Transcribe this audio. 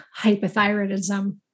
hypothyroidism